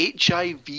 HIV